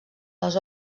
les